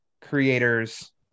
creators